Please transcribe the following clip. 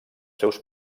seus